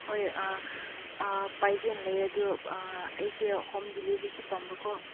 ꯍꯣꯏ ꯄꯥꯏꯒꯦꯅ ꯂꯩꯌꯦ ꯑꯗꯨ ꯑꯩꯁꯦ ꯍꯣꯝ ꯗꯤꯂꯤꯕꯔꯤꯁꯨ ꯄꯥꯝꯕꯀꯣ